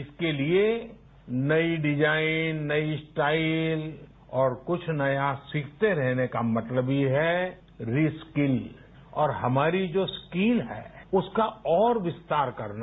इसके लिए नयी डिजाइन नयी स्टाइल और कुछ नया सीखते रहने का मतलब ही है रि स्किल और हमारी जो स्किल है उसका और विस्तार करना